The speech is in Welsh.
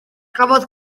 cafodd